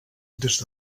des